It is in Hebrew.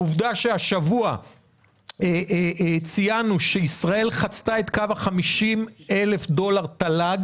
העובדה שהשבוע ציינו שישראל חצתה את קו ה-50,000 דולר תל"ג,